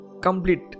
complete